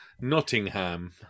Nottingham